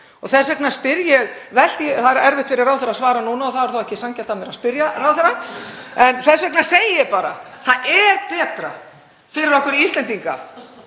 Og þess vegna spyr ég — eða það er erfitt fyrir ráðherra að svara núna og því ekki sanngjarnt af mér að spyrja ráðherra. En þess vegna segi ég bara: Það er betra fyrir okkur Íslendinga